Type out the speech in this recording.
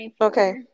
Okay